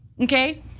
okay